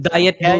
Diet